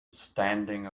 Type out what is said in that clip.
standing